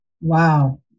Wow